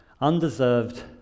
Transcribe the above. undeserved